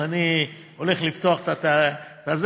אני הולך לפתוח את זה,